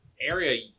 area